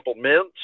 mints